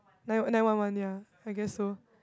nine nine one one ya I guess so